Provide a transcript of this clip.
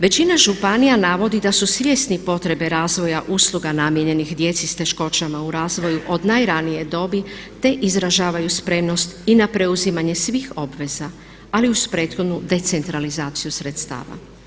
Većina županija navodi da su svjesni potrebe razvoja usluga namijenjenih djeci s teškoćama u razvoju od najranije dobi, te izražavaju spremnost i na preuzimanje svih obveza, ali uz prethodnu decentralizaciju sredstava.